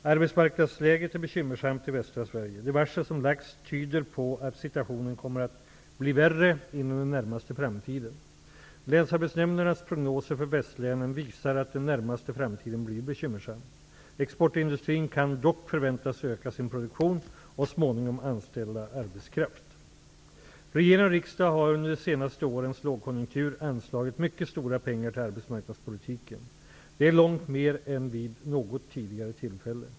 Arbetsmarknadsläget är bekymmersamt i västra Sverige. De varsel som lagts, tyder på att situationen kommer att bli värre inom den närmaste framtiden. Länsarbetsnämndernas prognoser för västlänen visar att den närmaste framtiden blir bekymmersam. Exportindustrin kan dock förväntas öka sin produktion och småningom anställa arbetskraft. Regering och riksdag har under de senaste årens lågkonjunktur anslagit mycket stora pengar till arbetsmarknadspolitiken. Det är långt mer än vid något tidigare tillfälle.